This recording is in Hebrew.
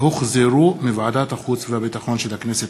שהוחזרו מוועדת החוץ והביטחון של הכנסת.